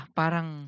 parang